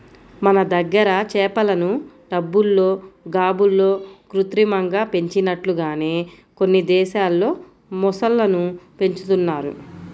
మన దగ్గర చేపలను టబ్బుల్లో, గాబుల్లో కృత్రిమంగా పెంచినట్లుగానే కొన్ని దేశాల్లో మొసళ్ళను పెంచుతున్నారు